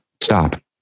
Stop